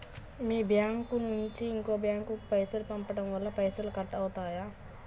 మీ bank నుంచి ఇంకో bank కు పైసలు పంపడం వల్ల పైసలు కట్ అవుతయా?